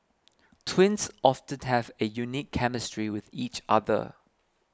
twins often have a unique chemistry with each other